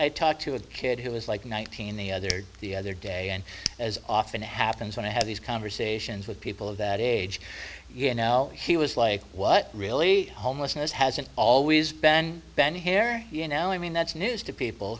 i talked to a kid who was like nineteen the other the other day and as often happens when i have these conversations with people of that age you know now he was like what really homelessness hasn't always been been here you now i mean that's news to people